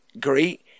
great